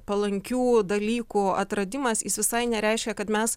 palankių dalykų atradimas jis visai nereiškia kad mes